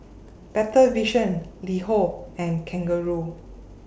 Better Vision LiHo and Kangaroo